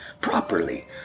properly